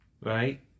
Right